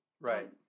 Right